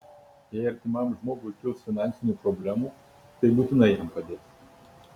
jeigu artimam žmogui kils finansinių problemų tai būtinai jam padės